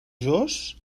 calorós